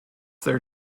their